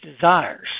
desires